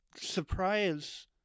surprise